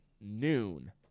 noon